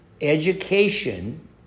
Education